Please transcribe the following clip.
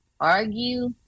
argue